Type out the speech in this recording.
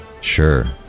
Sure